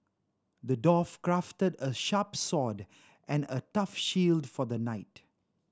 the dwarf crafted a sharp and a tough shield for the knight